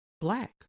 black